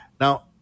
Now